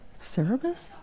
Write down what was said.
Cerebus